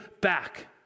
back